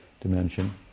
dimension